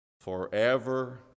forever